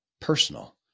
personal